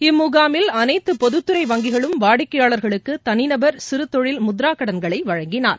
இம்முகாமில் அனைத்து பொதுத்துறை வங்கிகளும் வாடிக்கையாளர்களுக்கு தனிநபர் சிறு தொழில் முத்ரா கடன்களை வழங்கினார்